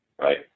right